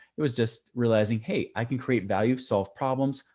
it was just realizing, hey, i can create value, solve problems.